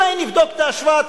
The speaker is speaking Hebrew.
אולי נבדוק את ההשוואה.